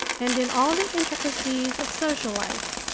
and in all the intricacies of social life.